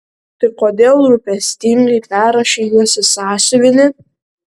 tai kodėl rūpestingai perrašei juos į sąsiuvinį